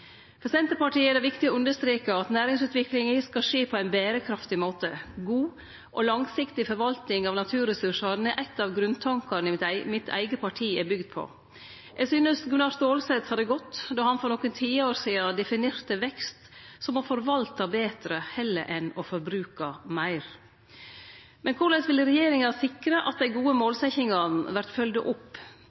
For Senterpartiet er det viktig å understreke at næringsutviklinga skal skje på ein berekraftig måte. God og langsiktig forvalting av naturressursane er ein av grunntankane mitt eige parti er bygd på. Eg synest Gunnar Stålsett sa det godt då han for nokre tiår sidan definerte vekst som å forvalte betre heller enn å forbruke meir. Men korleis vil regjeringa sikre at dei gode målsetjingane vert følgde opp?